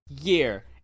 year